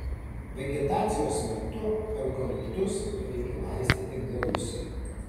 vegetacijos metu eukaliptus reikia laistyti gausiai